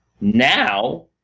Now